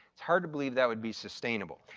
it's hard to believe that would be sustainable.